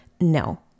No